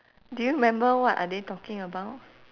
do you remember what are they talking about